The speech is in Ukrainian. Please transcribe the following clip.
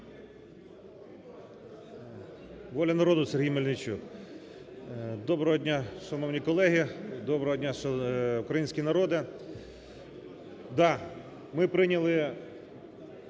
"Воля народу", Сергій Мельничук. Доброго дня, шановні колеги, доброго дня, український народе.